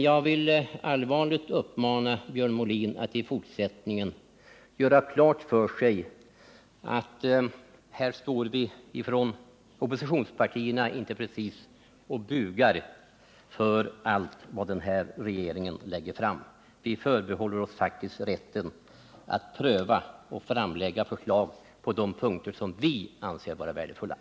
Jag vill allvarligt uppmana Björn Molin att i fortsättningen göra klart för sig att här står vi från oppositionspartierna inte precis och bugar för allt vad regeringen lägger fram. Vi förbehåller oss faktiskt rätten att göra vår egen prövning i frågorna och lägga fram förslag på de punkter där vi anser detta vara värdefullt.